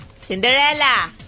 Cinderella